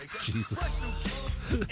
Jesus